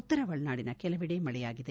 ಉತ್ತರ ಒಳನಾಡಿನ ಕೆಲಕಡೆ ಮಳೆಯಾಗಿದೆ